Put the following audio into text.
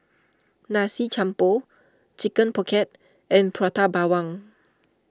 Nasi Campur Chicken Pocket and Prata Bawang